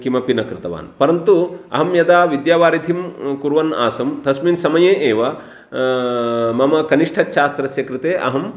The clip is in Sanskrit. किमपि न कृतवान् परन्तु अहं यदा विद्यवारिधिं कुर्वन् आसम् तस्मिन् समये एव मम कनिष्ठच्छात्रस्य कृते अहं